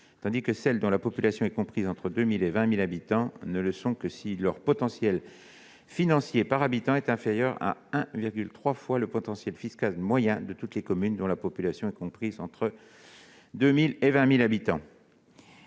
tandis que celles dont la population est comprise entre 2 000 et 20 000 habitants ne le sont que si leur potentiel financier par habitant est inférieur à 1,3 fois le potentiel fiscal moyen de toutes les communes de même catégorie. Lors du projet de loi de finances